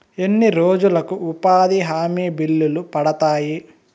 ఎన్ని రోజులకు ఉపాధి హామీ బిల్లులు పడతాయి?